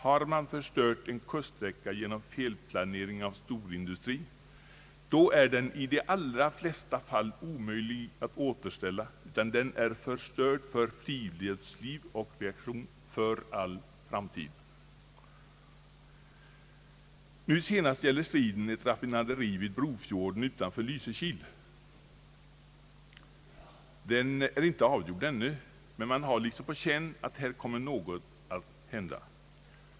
Har man förstört en kuststräcka genom felplanering av storindustrin, då är den i de allra flesta fall omöjlig att återställa då är den förstörd för friluftsliv och rekreation för all framtid. Nu senast gäller striden ett raffinaderi vid Brofjorden utanför Lysekil. Den är inte avgjord ännu, men man har liksom på känn att här kommer något att hända.